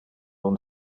uno